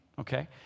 okay